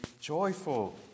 joyful